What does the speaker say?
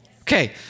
Okay